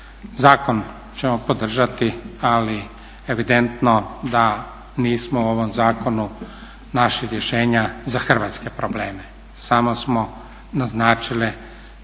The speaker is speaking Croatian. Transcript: Zakon ćemo podržati, ali evidentno da nismo o ovom zakonu našli rješenja za hrvatske probleme, samo smo naznačili